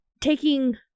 taking